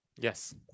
Yes